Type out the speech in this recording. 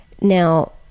Now